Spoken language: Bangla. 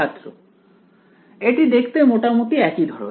ছাত্র এটি দেখতে মোটামুটি একই ধরনের